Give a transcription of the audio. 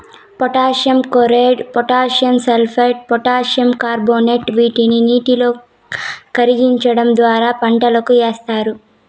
potassium chloride, potassium sulphate, potassium carbonate వీటిని నీటిలో కరిగించడం ద్వారా పంటలకు ఏస్తారు